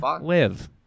live